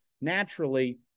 naturally